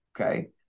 okay